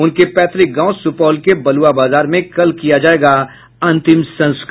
उनके पैतृक गांव सुपौल के बलुआ बाजार में कल किया जायेगा अंतिम संस्कार